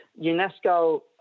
UNESCO